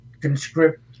conscript